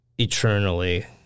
eternally